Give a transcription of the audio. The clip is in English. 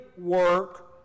work